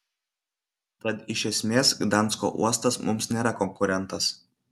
tad iš esmės gdansko uostas mums nėra konkurentas